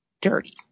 dirty